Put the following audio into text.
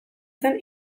zen